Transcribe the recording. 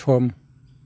सम